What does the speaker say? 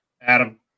Adam